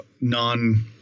non